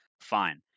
Fine